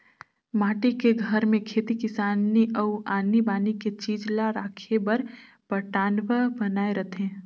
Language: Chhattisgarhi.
माटी के घर में खेती किसानी अउ आनी बानी के चीज ला राखे बर पटान्व बनाए रथें